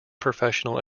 professional